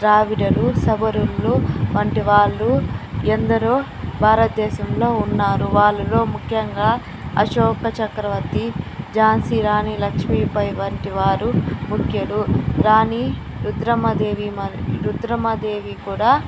ద్రావిడలు సవరుణలు వంటి వాళ్ళు ఎందరో భారతదేశంలో ఉన్నారు వాళ్ళలో ముఖ్యంగా అశోక చక్రవర్తి ఝాన్సీ రాణి లక్ష్మీభాయి వంటి వారు ముఖ్యులు రాణి రుద్రమదేవి మరి రుద్రమదేవి కూడా